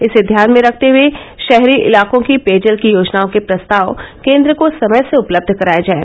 इसे ध्यान में रखते हए शहरी इलाकों की पेयजल की योजनाओं के प्रस्ताव केन्द्र को समय से उपलब्ध कराए जाएं